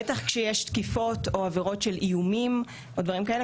בטח כשיש תקיפות או עבירות של איומים או דברים כאלה.